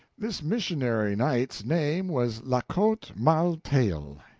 this missionary knight's name was la cote male taile,